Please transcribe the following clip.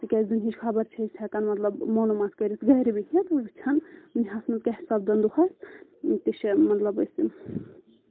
تِکیٛازِ دُنہِچ خبر چھِ أسۍ ہؠکَان مطلب مولوٗمات کٔرِتھ گَرِ بِہِتھ وٕچھان دُنیاہَس منٛز کیاہ سپَدان دۄہَس تہِ چھِ مطلب أسۍ